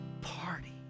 party